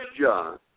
John